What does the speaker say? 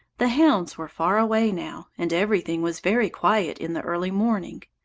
the hounds were far away now, and everything was very quiet in the early morning.